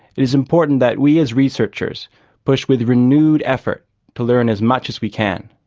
it is important that we as researchers push with renewed effort to learn as much as we can.